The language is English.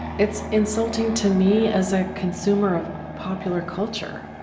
it's insulting to me as a consumer of popular culture.